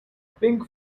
pink